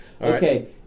Okay